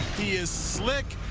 he's slick.